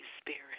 Spirit